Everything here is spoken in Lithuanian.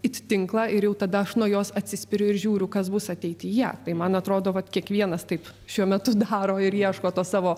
it tinklą ir jau tada aš nuo jos atsispiriu ir žiūriu kas bus ateityje tai man atrodo vat kiekvienas taip šiuo metu daro ir ieško tos savo